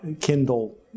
Kindle